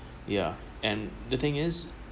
yeah and the thing is